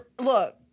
look